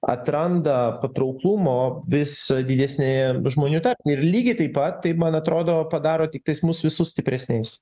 atranda patrauklumo visą didesniajam žmonių tarpe ir lygiai taip pat taip man atrodo padaro tiktais mus visus stipresniais